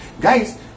Guys